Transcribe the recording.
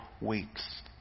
weeks